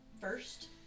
first